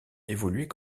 évoluait